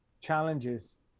challenges